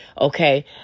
Okay